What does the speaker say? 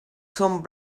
són